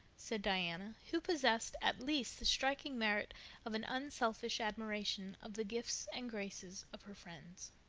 said diana, who possessed, at least, the striking merit of an unselfish admiration of the gifts and graces of her friends.